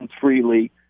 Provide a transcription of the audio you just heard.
freely